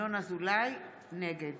נגד